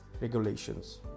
regulations